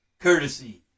Courtesy